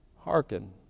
hearken